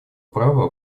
права